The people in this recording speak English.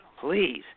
please